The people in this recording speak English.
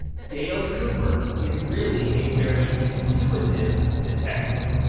dale cooper is really a very intuitive detective.